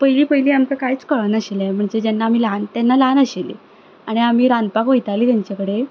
पयलीं पयलीं आमकां कांयच कळनाशिल्लें म्हणचे जेन्ना आमी ल्हान तेन्ना ल्हान आशिल्लीं आनी आमी रांदपाक वयतालीं तेंचे कडेन